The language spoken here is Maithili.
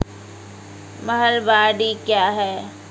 महलबाडी क्या हैं?